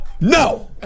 No